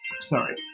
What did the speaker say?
sorry